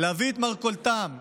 להביא את מרכולתן בזול,